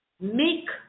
make